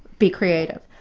be creative.